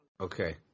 Okay